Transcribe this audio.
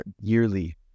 yearly